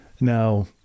Now